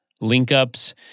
link-ups